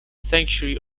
sanctuary